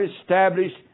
established